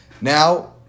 Now